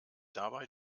dabei